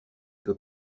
peut